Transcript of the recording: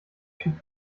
typ